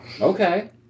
Okay